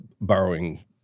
borrowing